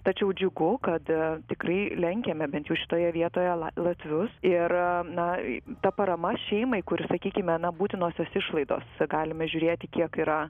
tačiau džiugu kada tikrai lenkiame bent jau šitoje vietoje la latvius ir na ta parama šeimai kuri sakykime na būtinosios išlaidos galime žiūrėti kiek yra